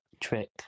trick